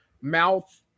mouth